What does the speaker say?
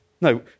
No